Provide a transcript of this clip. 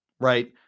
right